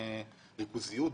ריכוזיות,